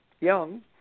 young